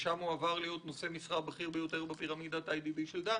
משם הוא עבר להיות נושא משרה בכיר ביותר בפירמידת איי די בי של דנקנר.